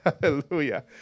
Hallelujah